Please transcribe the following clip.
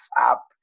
up